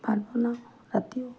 ভাত বনাওঁ ৰাতিও